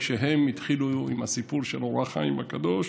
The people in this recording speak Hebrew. התחילו עם הסיפור של אור החיים הקדוש.